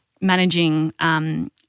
managing